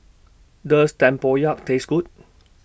Does Tempoyak Taste Good